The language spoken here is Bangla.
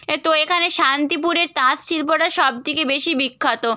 এ তো এখানে শান্তিপুরের তাঁতশিল্পটা সবথেকে বেশি বিখ্যাত